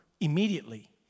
Immediately